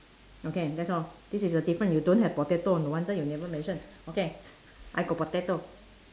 okay that's all this is a difference you don't have potato no wonder you never mention okay I got potato